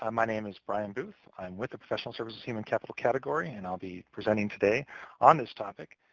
um my name is brian boothe. i'm with the professional services human capital category, and i'll be presenting today on this topic.